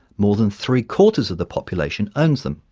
more than three-quarters of the population owns them.